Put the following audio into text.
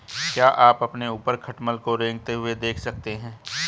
क्या आप अपने ऊपर खटमल को रेंगते हुए देख सकते हैं?